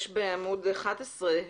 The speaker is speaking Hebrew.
יש בעמוד 11,